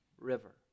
River